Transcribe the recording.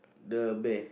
the bear